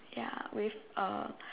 ya with a